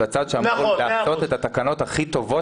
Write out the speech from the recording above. בצד שאמור לעשות את התקנות הכי טובות